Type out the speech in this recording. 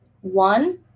One